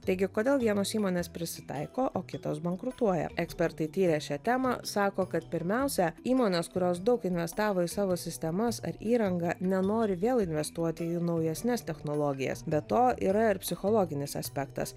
taigi kodėl vienos įmonės prisitaiko o kitos bankrutuoja ekspertai tyrę šią temą sako kad pirmiausia įmonės kurios daug investavo į savo sistemas ar įrangą nenori vėl investuoti į naujesnes technologijas be to yra ir psichologinis aspektas